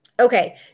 Okay